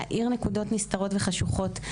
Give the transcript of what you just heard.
להאיר נקודות נסתרות וחשוכות,